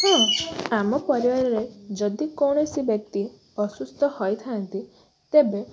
ହଁ ଆମ ପରିବାରରେ ଯଦି କୌଣସି ବ୍ୟକ୍ତି ଅସୁସ୍ଥ ହୋଇଥାନ୍ତି ତେବେ